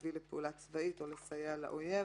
להביא לידי פעולה צבאית נגד ישראל או לסייע לאויב